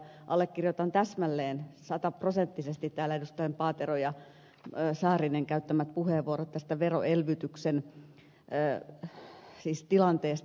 allekirjoitan täsmälleen sataprosenttisesti täällä edustajien paatero ja saarinen käyttämät puheenvuorot veroelvytyksen tilanteesta